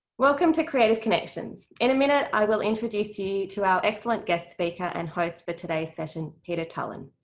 welcome to creative connections. in a minute, i will introduce you to our excellent guest speaker and host for today's session, peter tullin,